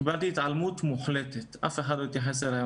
קיבלתי התעלמות מוחלטת, אף אחד לא התייחס אליי.